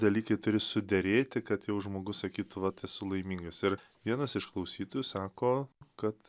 dalykai turi suderėti kad jau žmogus sakytų kad esu laimingas ir vienas išklausytų sako kad